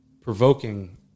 provoking